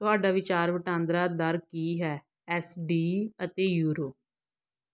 ਤੁਹਾਡਾ ਵਿਚਾਰ ਵਟਾਂਦਰਾ ਦਰ ਕੀ ਹੈ ਐੱਸ ਡੀ ਅਤੇ ਯੂਰੋ